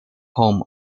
home